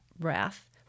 wrath